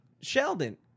Sheldon